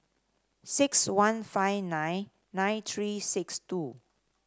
six one five nine nine three six two